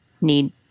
need